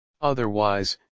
otherwise